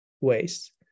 ways